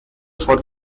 for